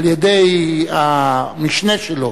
על-ידי המשנה שלו,